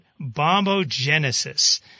bombogenesis